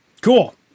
Cool